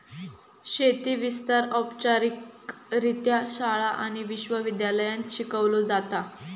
शेती विस्तार औपचारिकरित्या शाळा आणि विश्व विद्यालयांत शिकवलो जाता